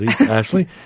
Ashley